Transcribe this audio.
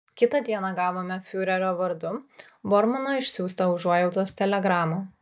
kitą dieną gavome fiurerio vardu bormano išsiųstą užuojautos telegramą